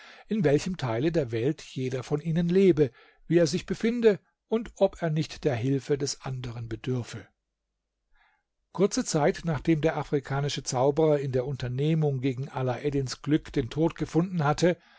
in welchem teile der welt jeder von ihnen lebe wie er sich befinde und ob er nicht der hilfe des anderen bedürfe kurze zeit nachdem der afrikanische zauberer in der unternehmung gegen alaeddins glück den tod gefunden hatte